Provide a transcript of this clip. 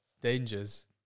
dangers